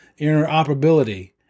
interoperability